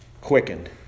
quickened